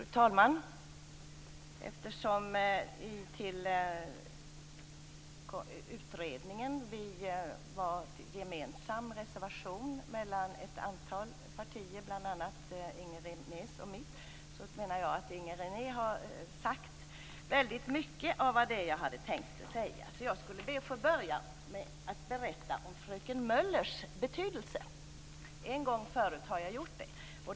Fru talman! Eftersom vi när det gäller utredningen har en gemensam reservation mellan ett antal partier, bl.a. Inger Renés och mitt, menar jag att Inger René har sagt mycket av det jag hade tänkt säga. Jag skall därför be att få börja med att berätta om fröken Møllers betydelse. Det har jag gjort en gång förut.